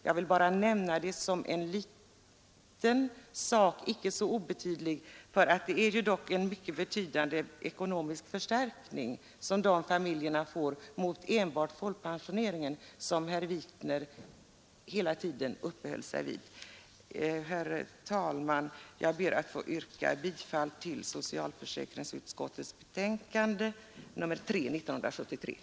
Jag vill bara nämna detta som en icke så obetydlig sak — det är en mycket betydande ekonomisk förstärkning som de familjerna får jämfört med enbart ersättning från folkpensioneringen. Herr talman! Jag yrkar bifall till utskottets hemställan.